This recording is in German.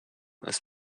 ist